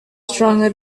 stronger